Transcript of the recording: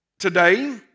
Today